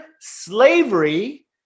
slavery